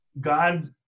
God